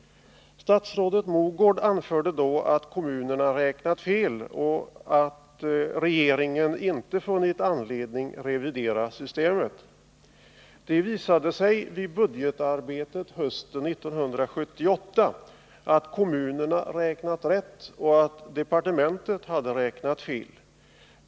Statsrådet Mogård anförde då att kommunerna räknat fel och att regeringen inte funnit anledning revidera systemet. Det visade sig vid budgetarbetet hösten 1978 att kommunerna räknat rätt och att departementet hade räknat fel.